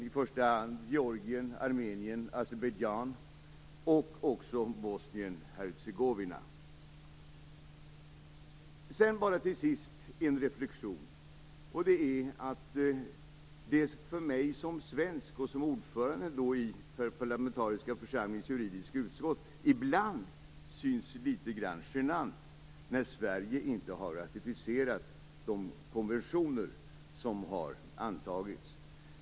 I första hand är det Georgien, Armenien, Azerbajdzjan och Bosnien En reflexion vill jag göra. För mig som svensk och som ordförande i den parlamentariska församlingens juridiska utskott syns det ibland litet grand genant när Sverige inte har ratificerat de konventioner som har antagits.